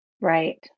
Right